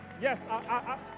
Yes